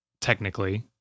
technically